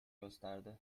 gösterdi